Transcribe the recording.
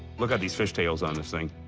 look at these fishtails on this thing.